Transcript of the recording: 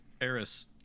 Eris